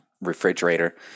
refrigerator